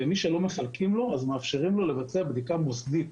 ולמי שלא מחלקים, מאפשרים לו לבצע בדיקה מוסדית.